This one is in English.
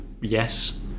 Yes